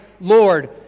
Lord